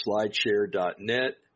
slideshare.net